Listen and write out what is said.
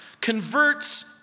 converts